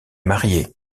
marié